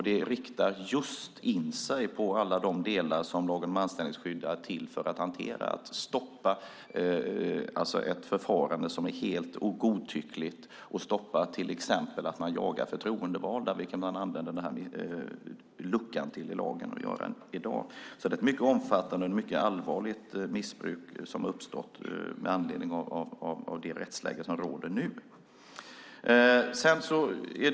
Det riktar in sig på alla de delar som lagen om anställningsskydd är till för att hantera, det vill säga att stoppa ett förfarande som är helt godtyckligt och stoppa att man till exempel jagar förtroendevalda. I dag används nämligen denna lucka i lagen till att göra det. Det är alltså ett mycket omfattande och allvarligt missbruk som har uppstått med anledning av det rättsläge som nu råder.